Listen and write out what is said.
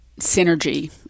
synergy